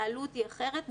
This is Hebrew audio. העלות היא אחרת,